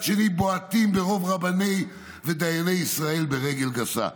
שני בועטים ברוב רבני ודייני ישראל ברגל גסה.